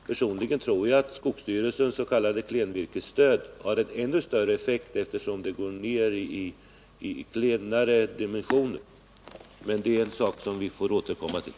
Personligen tror jag att skogsstyrelsens s.k. klenvirkesstöd har ännu större effekt, eftersom det omfattar klenare dimensioner. Men det är en sak som vi får återkomma till.